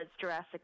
Jurassic